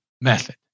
method